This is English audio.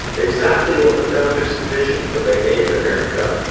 exactly what the founders envisioned when they named america,